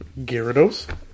Gyarados